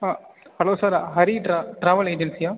hello sir Hari travel ஏஜென்சியா